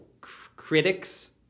critics